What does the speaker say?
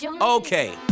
Okay